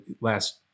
last